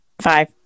five